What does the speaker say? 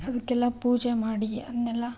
ಅದಕ್ಕೆಲ್ಲಾ ಪೂಜೆ ಮಾಡಿ ಅದನ್ನೆಲ್ಲ